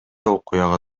окуяга